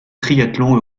triathlon